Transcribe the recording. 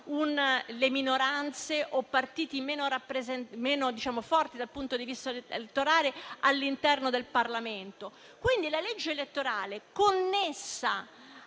le minoranze o i partiti meno forti dal punto di vista elettorale all'interno del Parlamento. La legge elettorale, connessa